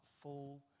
full